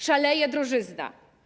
Szaleje drożyzna.